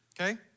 okay